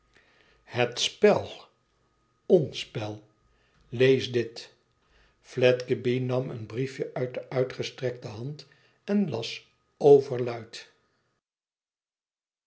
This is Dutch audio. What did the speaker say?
ons spel iieesdit fledgeby nam een briefje uit de uitgestrekte hand en las overluid